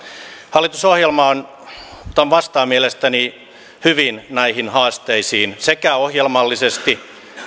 hallitusohjelma vastaa mielestäni hyvin näihin haasteisiin sekä ohjelmallisesti